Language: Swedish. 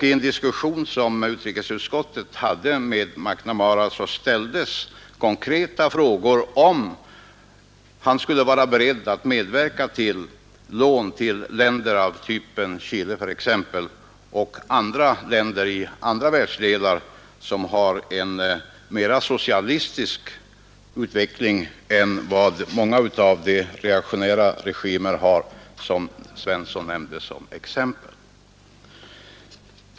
I en diskussion som utrikesutskottet hade med McNamara ställdes konkreta frågor om han skulle vara beredd att medverka till lån till länder av Chiles typ eller andra länder, i andra världsdelar, som har en mer socialistisk utveckling än många av de länder med reaktionära regimer som herr Svensson nämnde som exempel.